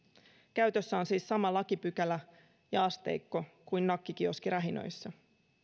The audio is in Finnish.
käytössä on siis sama lakipykälä ja asteikko kuin nakkikioskirähinöissä